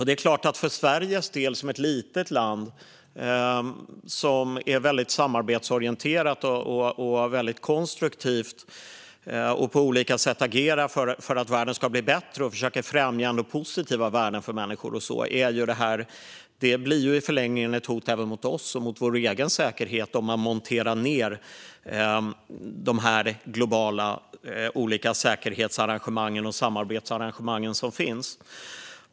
Även för Sverige, som är ett litet, samarbetsorienterat och konstruktivt land som på olika sätt agerar för att världen ska bli bättre och försöker främja positiva värden för människor blir detta i förlängningen ett hot. Det blir ett hot mot oss och mot vår egen säkerhet om man monterar ned de olika globala säkerhetsarrangemang och samarbetsarrangemang som finns.